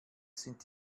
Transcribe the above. sind